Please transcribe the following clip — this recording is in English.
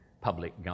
public